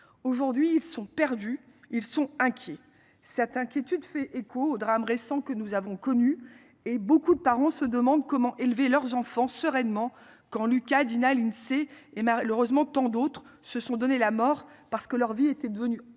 aujourd'hui ils sont perdus, ils sont inquiets. Cette inquiétude fait écho au drame récent que nous avons connu et beaucoup de parents se demandent comment élever leurs enfants sereinement quand Lucas Dina l'Insee et malheureusement tant d'autres se sont donnés la mort parce que leur vie était devenue